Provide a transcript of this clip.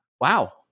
wow